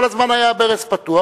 כל הזמן הברז היה פתוח.